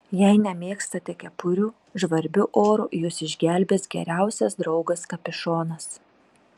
jei nemėgstate kepurių žvarbiu oru jus išgelbės geriausias draugas kapišonas